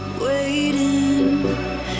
waiting